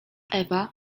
ewa